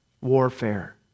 warfare